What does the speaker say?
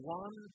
one